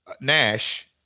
Nash